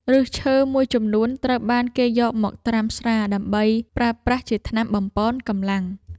ឫសឈើមួយចំនួនត្រូវបានគេយកមកត្រាំស្រាដើម្បីប្រើប្រាស់ជាថ្នាំបំប៉នកម្លាំង។